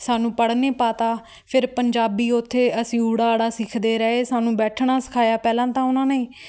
ਸਾਨੂੰ ਪੜ੍ਹਨੇ ਪਾ ਤਾ ਫਿਰ ਪੰਜਾਬੀ ਉੱਥੇ ਅਸੀਂ ੳ ਅ ਸਿੱਖਦੇ ਰਹੇ ਸਾਨੂੰ ਬੈਠਣਾ ਸਿਖਾਇਆ ਪਹਿਲਾਂ ਤਾਂ ਉਹਨਾਂ ਨੇ